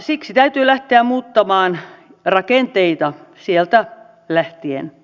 siksi täytyy lähteä muuttamaan rakenteita niistä lähtien